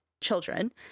children